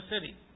city